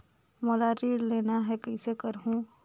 मोला ऋण लेना ह, कइसे करहुँ?